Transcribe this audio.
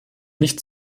nicht